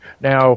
now